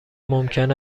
ممکن